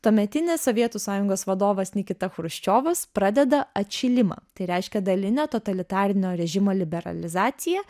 tuometinis sovietų sąjungos vadovas nikita chruščiovas pradeda atšilimą tai reiškia dalinę totalitarinio režimo liberalizaciją